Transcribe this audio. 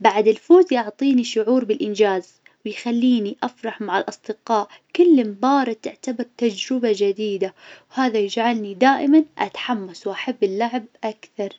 بعد الفوز يعطيني شعور بالإنجاز، ويخليني أفرح مع الأصدقاء. كل مباراة تعتبر تجربة جديدة، وهذا يجعلني دائما أتحمس وأحب اللعب أكثر.